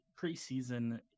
preseason